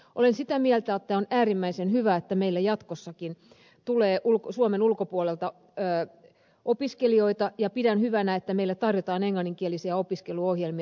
olen sitä mieltä että on äärimmäisen hyvä että meille jatkossakin tulee suomen ulkopuolelta opiskelijoita ja pidän hyvänä että meillä tarjotaan englanninkielisiä opiskeluohjelmia